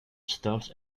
stops